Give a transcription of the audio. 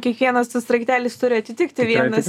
kiekvienas tas sraigtelis turi atitikti vienas